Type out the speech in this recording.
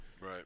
Right